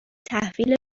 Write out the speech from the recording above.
تحویل